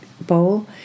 bowl